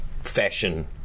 fashion